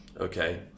okay